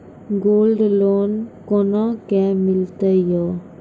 Gold loan कोना के मिलते यो?